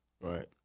Right